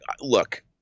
look